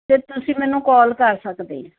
ਫਿਰ ਤੁਸੀਂ ਮੈਨੂੰ ਕੋਲ ਕਰ ਸਕਦੇ ਆ